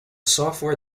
software